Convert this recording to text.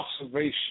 observation